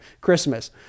christmas